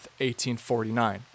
1849